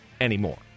anymore